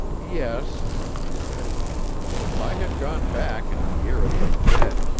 yes, she said if i had gone back and pierre had been dead,